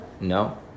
No